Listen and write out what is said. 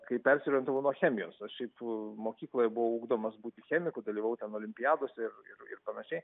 kai persiorientavau nuo chemijos aš šiaip mokykloje buvo ugdomas būti chemiku dalyvaudavo ten olimpiadose ir ir panašiai